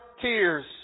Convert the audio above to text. tears